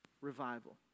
revival